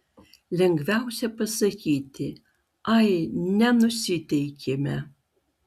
lengviausia pasakyti ai nenusiteikėme